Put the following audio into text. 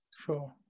Sure